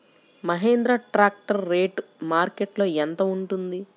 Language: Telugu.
మహేంద్ర ట్రాక్టర్ రేటు మార్కెట్లో యెంత ఉంటుంది?